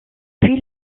puis